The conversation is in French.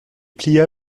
plia